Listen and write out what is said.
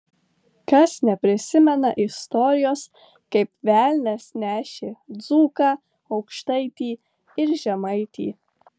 kas neprisimena istorijos kaip velnias nešė dzūką aukštaitį ir žemaitį